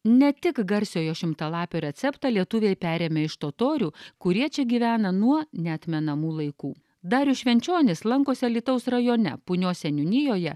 ne tik garsiojo šimtalapio receptą lietuviai perėmė iš totorių kurie čia gyvena nuo neatmenamų laikų darius švenčionis lankosi alytaus rajone punios seniūnijoje